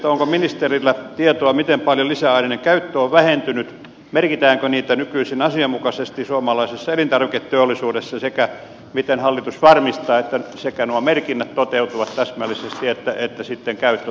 onko ministerillä tietoa siitä miten paljon lisäaineiden käyttö on vähentynyt merkitäänkö niitä nykyisin asianmukaisesti suomalaisessa elintarviketeollisuudessa sekä miten hallitus varmistaa että sekä nuo merkinnät toteutuvat täsmällisesti että sitten käyttö toivon mukaan vähenee